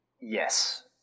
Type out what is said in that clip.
Yes